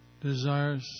Desires